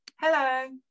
Hello